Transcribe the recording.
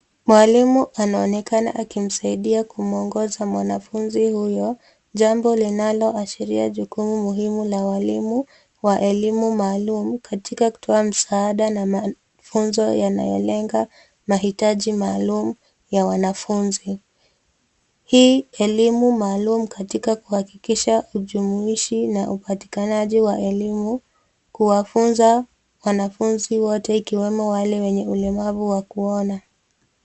Mwalimu anaonekana akimsaidia kumwongoza mwanafunzi huyo jambo linaloashiria jukumu muhimu la walimu wa elimu maalum katika kutoa msaada na mafunzo yanayolenga mahitaji maalum ya wanafunzi. Hii elimu maalum katika kuhakikisha ujumuishia na upatikanaji wa elimu kuwafunza wanafunzi wote ikiwemo wale wenye ulemavu wa kuona.